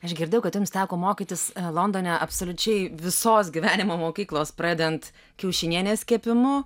aš girdėjau kad jums teko mokytis londone absoliučiai visos gyvenimo mokyklos pradedant kiaušinienės kepimu